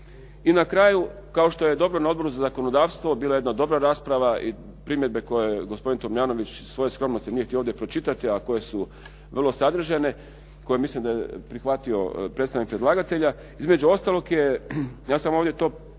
I na kraju, kao što je dobro na Odboru za zakonodavstvu, bila je jedna dobra rasprava i primjedbe koje je gospodin Tomljanović iz svoje skromnosti nije htio ovdje pročitati, a koje su vrlo sadržajne, koje mislim da je prihvatio predstavnik predlagatelja. Između ostalog je, ja sam ovdje to želim